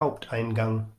haupteingang